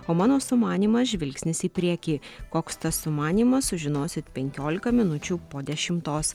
o mano sumanymas žvilgsnis į priekį koks tas sumanymas sužinosit penkiolika minučių po dešimtos